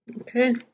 Okay